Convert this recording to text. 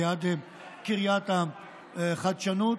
ליד קריית החדשנות.